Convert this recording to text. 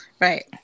Right